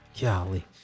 golly